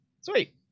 Sweet